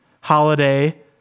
Holiday